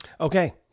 Okay